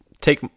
take